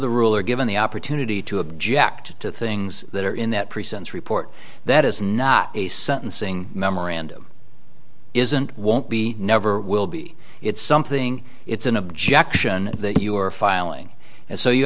the rule are given the opportunity to object to things that are in that person's report that is not a sentencing memorandum isn't won't be never will be it's something it's an objection that you are filing and so you